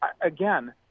Again